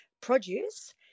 produce